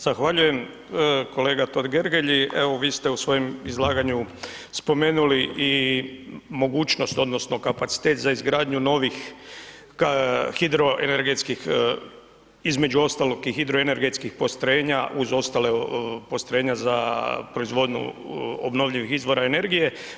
Zahvaljujem kolega Totgergeli, evo vi ste u svojem izlaganju spomenuli i mogućnost odnosno kapacitet za izgradnju novih hidroenergetskih, između ostalog i hidroenergetskih postrojenja uz ostala postrojenja za proizvodnju obnovljivih izvora energije.